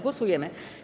Głosujemy.